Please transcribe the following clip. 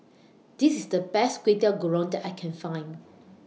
This IS The Best Kway Teow Goreng that I Can Find